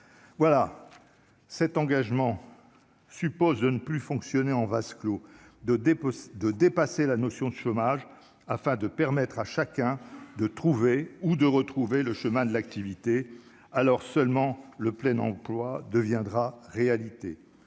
voilà cet engagement suppose de ne plus fonctionner en vase clos de dépôt de dépasser la notion de chômage afin de permettre à chacun de trouver ou de retrouver le chemin de l'activité, alors seulement le plein emploi deviendra réalité